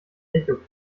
echo